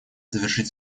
завершить